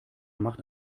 macht